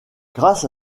grâce